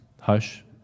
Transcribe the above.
Hush